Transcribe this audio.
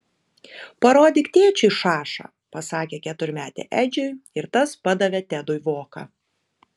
parodyk tėčiui šašą pasakė keturmetė edžiui ir tas padavė tedui voką